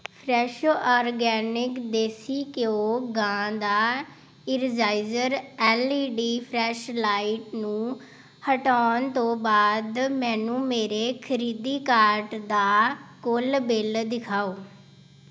Fresho organic ਦੇਸੀ ਘਿਓ ਗਾਂ ਦਾ energizer L E D fresh light ਨੂੰ ਹਟਾਉਣ ਤੋਂ ਬਾਅਦ ਮੈਨੂੰ ਮੇਰੇ ਖਰੀਦੀ ਕਾਰਟ ਦਾ ਕੁੱਲ ਬਿੱਲ ਦਿਖਾਓ